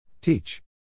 Teach